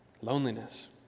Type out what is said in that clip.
loneliness